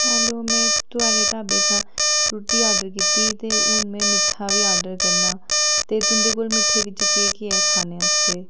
hello में थुआढ़े ढाबे चा रुट्टी आर्डर कीती ही ते हून में मिट्ठा बी आर्डर करना ते तुं'दे कोल मिट्ठे बिच्च केह् केह् ऐ खाने आस्तै